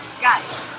Guys